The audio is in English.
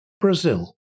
Brazil